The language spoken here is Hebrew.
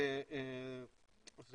זה